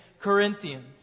corinthians